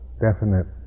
definite